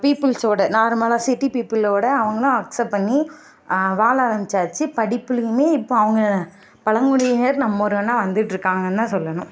பீப்பிள்ஸ்ஸோடு நார்மலாக சிட்டி பீப்பிளோடு அவங்களும் அக்ஸ்சப்ட் பண்ணி வாழ ஆரம்பிச்சாச்சு படிப்புலேயுமே இப்போ அவுங்க பழங்குடியினர் நம்பர் ஒன்னாக வந்துட்டுருக்காங்க தான் சொல்லணும்